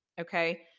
Okay